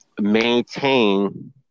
maintain